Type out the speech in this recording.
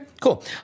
cool